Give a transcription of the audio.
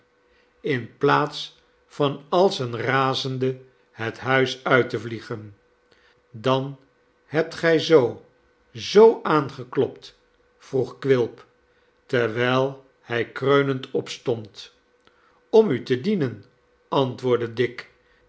in plaats van als een razende het huis uit te vliegen dan hebt gij zoo zoo aangeklopt vroeg quilp terwijl hij kreunend opstond om u te dienen antwoordde dick